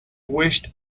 wish